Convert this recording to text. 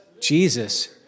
Jesus